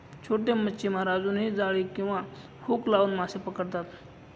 छोटे मच्छीमार अजूनही जाळी किंवा हुक लावून मासे पकडतात